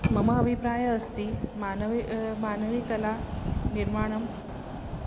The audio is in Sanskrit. मम अभिप्रायः अस्ति मानवि मानविकला निर्माणं